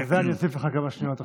על זה אני אוסיף לך כמה שניות עכשיו.